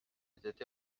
était